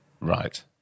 Right